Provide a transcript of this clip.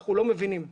אנחנו לא מבינים בזה.